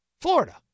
Florida